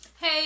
hey